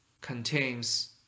contains